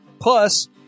Plus